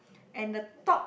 and the top